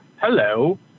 Hello